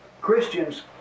Christians